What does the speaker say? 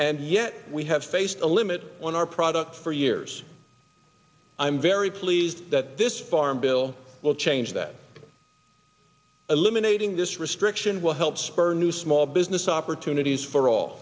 and yet we have faced a limit on our product for years i'm very pleased that this farm bill will change that eliminating this restriction will help spur new small business opportunities for all